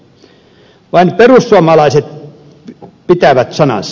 vain perussuomalaiset pitävät sanansa